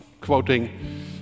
quoting